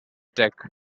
tech